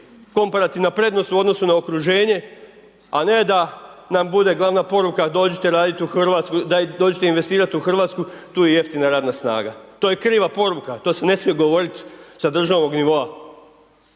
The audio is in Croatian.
komparativna prednost u odnosu na okruženje a ne da nam bude glavna poruka dođite raditi u Hrvatsku, dođite investirati u Hrvatsku, tu je jeftina radna snaga. To je kriva poruka, to se ne smije govoriti sa državnog nivoa.